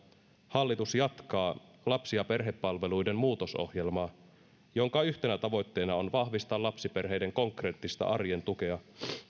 hallitus jatkaa lapsi ja perhepalveluiden muutosohjelmaa jonka yhtenä tavoitteena on vahvistaa lapsiperheiden konkreettista arjen tukea